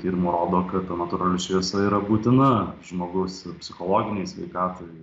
tyrimai rodo kad ta natūrali šviesa yra būtina žmogaus psichologinei sveikatai